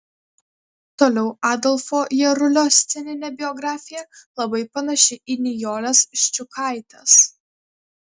toliau adolfo jarulio sceninė biografija labai panaši į nijolės ščiukaitės